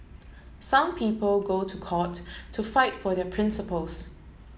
some people go to court to fight for their principles